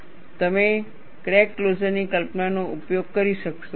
પછી તમે ક્રેક ક્લોઝરની કલ્પનાનો ઉપયોગ કરી શકશો